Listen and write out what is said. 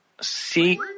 see